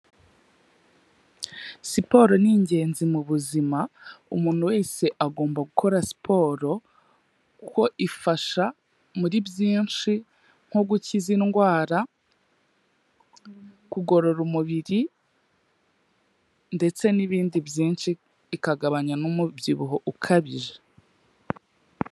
Siporo ni ingenzi mu buzima, umuntu wese agomba gukora siporo kuko ifasha muri byinshi nko gukiza indwara, kugorora umubiri ndetse n'ibindi byinshi, ikagabanya n'umubyibuho ukabije.